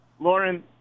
Lauren